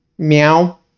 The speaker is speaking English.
Meow